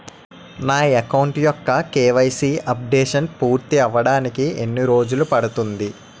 నా అకౌంట్ యెక్క KYC updation పూర్తి అవ్వడానికి ఎన్ని రోజులు పడుతుంది?